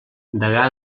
degà